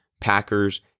Packers